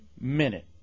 minute